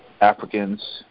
Africans